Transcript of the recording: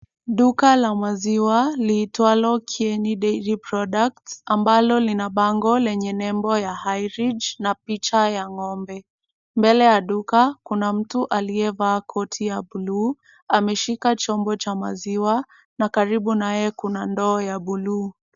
Duka la maziwa liitwalo Kieni Dairy Products ambalo lina bango lenye nembo ya Highridge na picha ya ng'ombe. Mbele ya duka kuna mtu aliyevaa koti ya buluu, ameshika chombo cha maziwa na karibu naye kuna ndoo ya buluu.